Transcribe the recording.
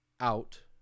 out